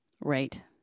right